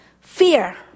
fear